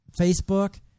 Facebook